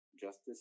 justice